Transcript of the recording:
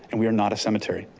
and we are not a cemetery.